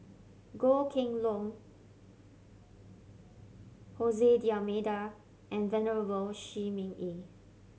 Goh Kheng Long Hose D'Almeida and Venerable Shi Ming Yi